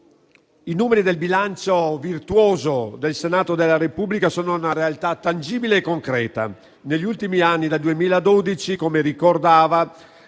i numeri del bilancio virtuoso del Senato della Repubblica sono una realtà tangibile e concreta. Negli ultimi anni, dal 2012, come ricordava